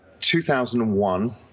2001